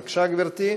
בבקשה, גברתי.